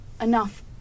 enough